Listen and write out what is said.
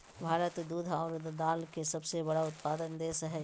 भारत दूध आरो दाल के सबसे बड़ा उत्पादक देश हइ